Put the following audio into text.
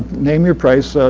name your price. so